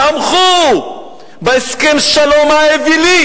תמכו בהסכם השלום האווילי,